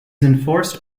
enforced